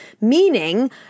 meaning